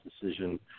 decision